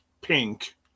pink